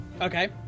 Okay